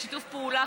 שיתוף פעולה,